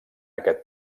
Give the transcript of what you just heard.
aquest